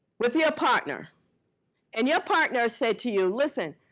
with your partner and your partner said to you, listen.